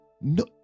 No